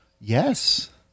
Yes